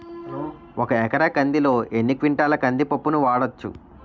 ఒక ఎకర కందిలో ఎన్ని క్వింటాల కంది పప్పును వాడచ్చు?